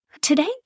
Today